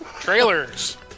Trailers